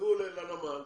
תדאגו לנמל,